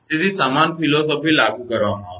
તેથી સમાન ફિલસૂફી લાગુ કરવામાં આવશે